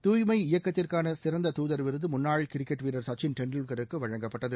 தூய்மை இயக்கத்திற்கான சிறந்த தூதர் விருது முன்னாள் கிரிக்கெட் வீரர் சக்சின் டெண்டுல்கருக்கு வழங்கப்பட்டது